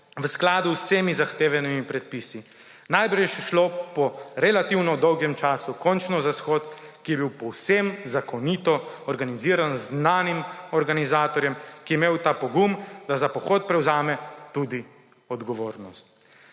v skladu z vsemi zahtevanimi predpisi. Najbrž je šlo po relativno dolgem času končno za shod, ki je bil povsem zakonito organiziran z znanim organizatorjem, ki je imel ta pogum, da za pohod prevzame tudi odgovornost.